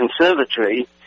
conservatory